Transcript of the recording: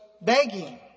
begging